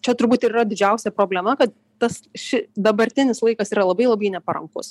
čia turbūt ir yra didžiausia problema kad tas ši dabartinis laikas yra labai labai neparankus